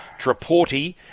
Traporti